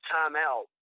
timeout